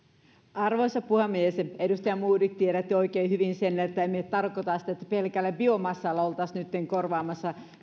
arvoisa puhemies edustaja modig tiedätte oikein hyvin sen että en minä tarkoita sitä että pelkällä biomassalla oltaisiin nyt korvaamassa